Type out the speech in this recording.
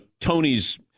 Tony's